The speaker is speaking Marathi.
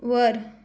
वर